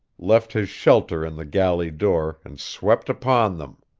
left his shelter in the galley door and swept upon them.